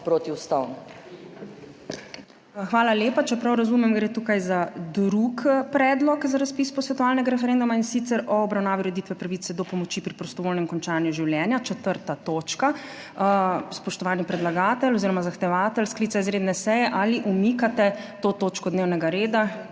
ZUPANČIČ: Hvala lepa. Če prav razumem, gre tukaj za drug predlog za razpis posvetovalnega referenduma, in sicer o obravnavi ureditve pravice do pomoči pri prostovoljnem končanju življenja, 4. točka. Spoštovani predlagatelj oziroma zahtevatelj sklica izredne seje, ali umikate to točko dnevnega reda?